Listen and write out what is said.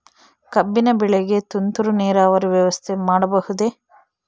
ಕಬ್ಬಿನ ಬೆಳೆಗೆ ತುಂತುರು ನೇರಾವರಿ ವ್ಯವಸ್ಥೆ ಮಾಡಬಹುದೇ?